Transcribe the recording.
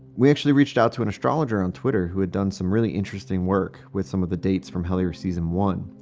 we actually reach out to an astrologer on twitter who had done some really interesting work with some of the dates from hellier season one.